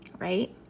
Right